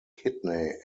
kidney